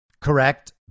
Correct